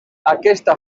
aquesta